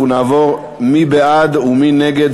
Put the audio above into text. אנחנו נעבור, מי בעד ומי נגד